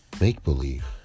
make-believe